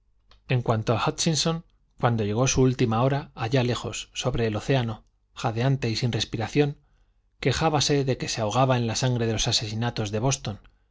en cuanto a hútchinson cuando llegó su última hora allá lejos sobre el océano jadeante y sin respiración quejábase de que se ahogaba en la sangre de los asesinatos de boston